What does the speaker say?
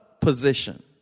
position